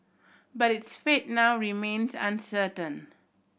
but its fate now remains uncertain